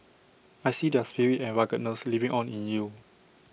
I see their spirit and ruggedness living on in you